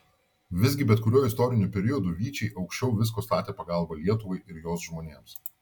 visgi bet kuriuo istoriniu periodu vyčiai aukščiau visko statė pagalbą lietuvai ir jos žmonėms